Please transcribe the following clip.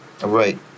Right